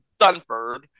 Dunford